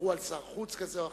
שאמרו על שר חוץ כזה או אחר.